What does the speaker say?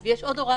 יש תנאים